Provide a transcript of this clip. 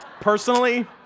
Personally